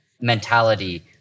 mentality